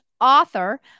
author